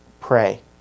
Pray